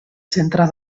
centre